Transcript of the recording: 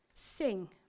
Sing